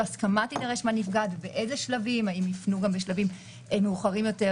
הסכמה תידרש מהנפגעת ובאיזה שלבים האם יפנו גם בשלבים מאוחרים יותר,